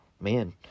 man